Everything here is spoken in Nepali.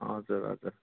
हजुर हजुर